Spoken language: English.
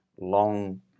long